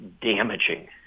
damaging